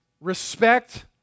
respect